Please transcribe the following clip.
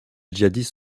djihadistes